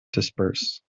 disperse